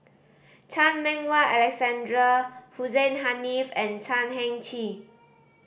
Chan Meng Wah Alexander Hussein Haniff and Chan Heng Chee